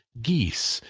geese,